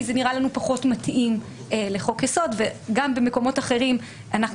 כי זה נראה לנו פחות מתאים לחוק יסוד וגם במקומות אחרים אנחנו